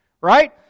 right